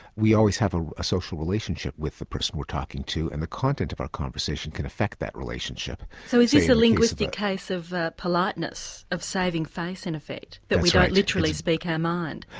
we always have ah a social relationship with the person we're talking to and the content of our conversation can affect that relationship. so is this a linguistic case of politeness, of saving face, in effect, that we don't literally speak our mind?